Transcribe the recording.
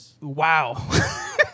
Wow